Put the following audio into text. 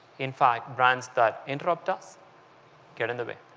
in fact, brands that interrupt us get in the way.